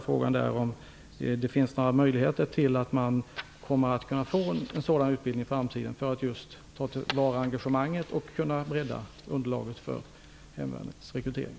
Finns det några möjligheter till en sådan utbildning i framtiden för att just ta till vara enga gemanget och bredda underlaget för hemvärnets rekrytering?